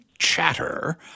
chatter